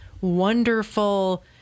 wonderful